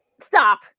stop